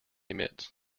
emits